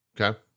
okay